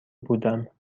بودم